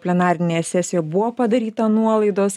plenarinėje sesijoj buvo padaryta nuolaidos